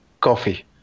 coffee